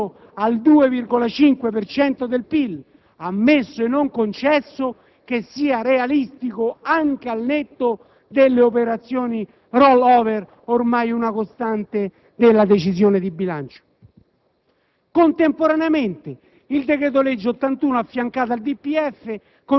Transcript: poiché rivede l'obiettivo di indebitamento netto per il 2007, fissandolo al 2,5 per cento del PIL; ammesso e non concesso che sia realistico anche al netto delle operazioni di *roll-over*, ormai una costante delle decisioni di bilancio.